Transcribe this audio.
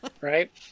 Right